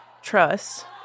trust